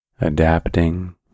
adapting